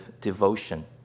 devotion